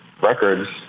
records